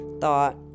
thought